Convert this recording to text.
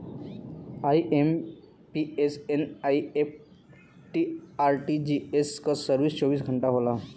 IMPS, NEFT, RTGS क service चौबीस घंटा होला